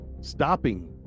stopping